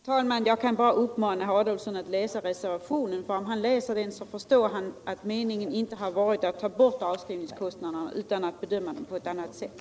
Herr talman! Jag kan bara uppmana herr Adolfsson att läsa reservationen. Om han läser den så förstår han att meningen inte har varit att ta bort avskrivningskostnaderna utan att bedöma dem på ett annat sätt.